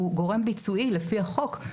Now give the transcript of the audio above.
הוא גורם ביצועי לפי החוק.